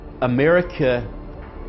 America